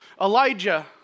Elijah